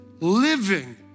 living